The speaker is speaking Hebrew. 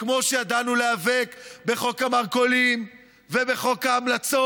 כמו שידענו להיאבק בחוק המרכולים ובחוק ההמלצות.